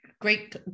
great